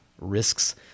risks